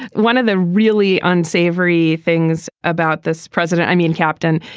one of the really unsavory things about this president i mean, captain,